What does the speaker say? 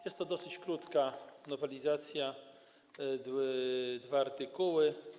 Jest to dosyć krótka nowelizacja, to są dwa artykuły.